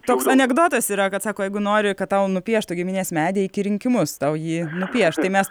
toks anekdotas yra kad sako jeigu nori kad tau nupieštų giminės medį eik į rinkimus tau jį nupieš tai mes